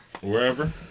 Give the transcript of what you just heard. Wherever